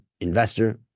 investor